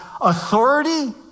authority